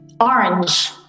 Orange